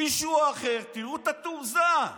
מישהו אחר, תראו את התעוזה,